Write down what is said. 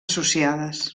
associades